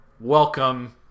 welcome